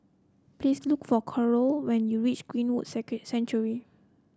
please look for Karol when you reach Greenwood Sanctuary